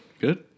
good